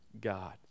God